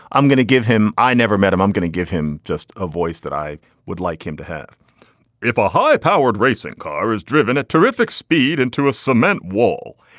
i'm going to give him i never met him. i'm going to give him just a voice that i would like him to have if a high powered racing car has driven a terrific speed and into a cement wall,